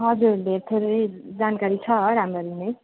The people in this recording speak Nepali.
हजुर धेरै थोरै जानकारी छ राम्ररी नै